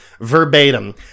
verbatim